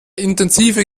intensive